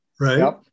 Right